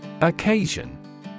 Occasion